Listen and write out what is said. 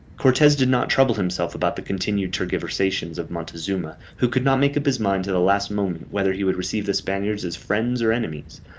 cortes did not trouble himself about the continued tergiversations of montezuma, who could not make up his mind to the last moment whether he would receive the spaniards as friends or enemies.